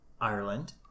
Ireland